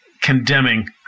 condemning